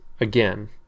Again